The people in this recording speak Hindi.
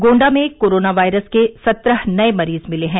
गोण्डा में कोरोना वायरस के सत्रह नए मरीज मिले हैं